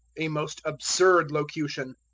a most absurd locution.